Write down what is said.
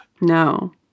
no